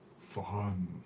fun